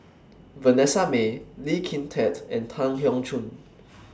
Vanessa Mae Lee Kin Tat and Tan Keong Choon